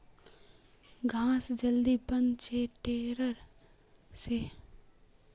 घास जल्दी बन छे टेडर से